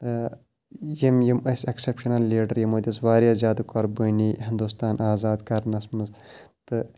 یِم یِم ٲسۍ ایٚکسیپشنَل لیٖڈَر یِمو دِژ واریاہ زیادٕ قۄربٲنی ہِندُستان آزاد کَرنَس منٛز تہٕ